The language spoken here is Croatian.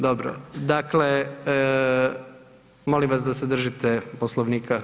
Dobro, dakle molim vas da se držite Poslovnika.